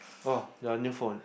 oh your new phone